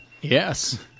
Yes